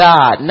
God